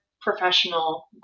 professional